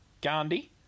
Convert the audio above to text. Gandhi